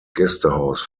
gästehaus